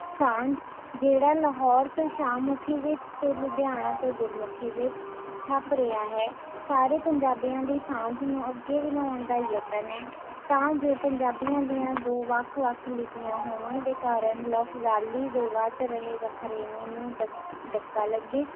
ਸਾਂਝ ਜਿਹੜਾ ਲਾਹੌਰ ਤੋਂ ਸ਼ਾਹਮੁਖੀ ਵਿੱਚ ਅਤੇ ਲੁਧਿਆਣਾ ਤੋਂ ਗੁਰਮੁਖੀ ਵਿੱਚ ਛਪ ਰਿਹਾ ਹੈ ਸਾਰੇ ਪੰਜਾਬੀਆਂ ਦੀ ਸਾਂਝ ਨੂੰ ਅੱਗੇ ਵਧਾਉਣ ਦਾ ਯਤਨ ਹੈ ਤਾਂ ਜੋ ਪੰਜਾਬੀਆਂ ਦੀਆਂ ਦੋ ਵੱਖ ਵੱਖ ਲਿੱਪੀਆਂ ਹੋਣ ਦੇ ਕਾਰਨ ਲਫ਼ਜਾਲੀ ਦੇ ਵੱਧ ਰਹੇ ਵਖਰੇਵੇਂ ਨੂੰ ਡਕ ਡੱਕਾ ਲੱਗੇ